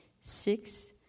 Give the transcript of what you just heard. Six